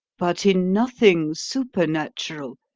but in nothing supernatural,